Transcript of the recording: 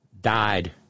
died